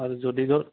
আৰু যদি তোৰ